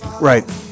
Right